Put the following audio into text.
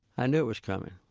i knew it was coming.